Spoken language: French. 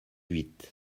huit